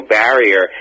barrier